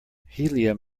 helium